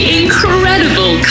incredible